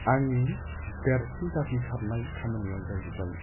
आंनि देरसिन जाफुंसारनाय खामानिया जाहैबाय